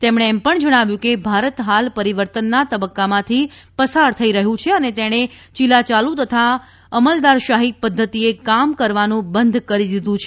તેમણે જણાવ્યું હતું કે ભારત હાલ પરિવર્તનના તબક્કામાંથી પસાર થઇ રહ્યું છે અને તેણે ચીલાયાલુ તથા અમલદારશાહી પધ્ધતિએ કામ કરવાનું બંધ કરી દીધું છે